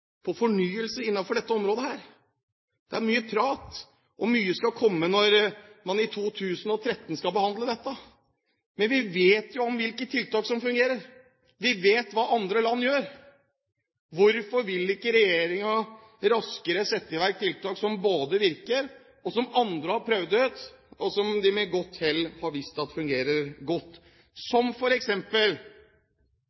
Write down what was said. på dette området. Det er mye prat, og mye vil det bli når man i 2013 skal behandle dette. Men vi vet jo hvilke tiltak som fungerer. Vi vet hva andre land gjør. Hvorfor vil ikke regjeringen raskere sette i verk tiltak som både virker og som andre med godt hell har prøvd ut, og som de har visst at fungerer godt?